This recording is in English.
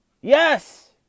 Yes